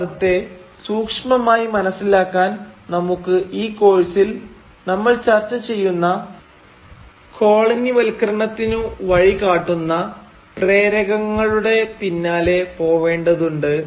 ഈ പദത്തെ സൂക്ഷ്മമായി മനസിലാക്കാൻ നമുക്ക് ഈ കോഴ്സിൽ നമ്മൾ ചർച്ച ചെയ്യുന്ന കോളനിവൽക്കരണത്തിനു വഴി കാട്ടുന്ന പ്രേരകങ്ങളുടെ പിന്നാലെ പോവേണ്ടതുണ്ട്